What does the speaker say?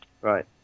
Right